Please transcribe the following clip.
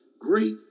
great